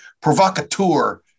provocateur